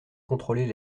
contrôler